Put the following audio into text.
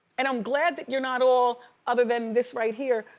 and i'm glad that you're not all other than this right here,